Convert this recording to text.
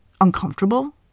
uncomfortable